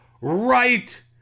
right